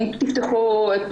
אם תפתחו את